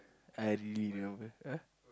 I really remember !huh!